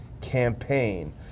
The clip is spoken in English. campaign